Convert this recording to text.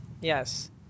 Yes